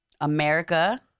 America